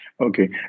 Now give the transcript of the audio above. Okay